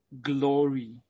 glory